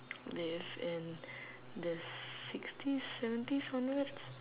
live in the sixties seventies onwards